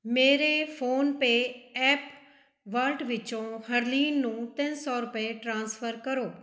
ਮੇਰੇ PhonePe app wallet ਵਿੱਚੋਂ ਹਰਲੀਨ ਨੂੰ ਤਿੰਨ ਸੌ ਰੁਪਏ ਟ੍ਰਾਂਸਫਰ ਕਰੋ